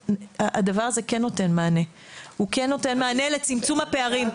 הדבר הזה כן נותן מענה לצמצום הפערים,